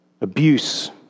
abuse